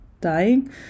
dying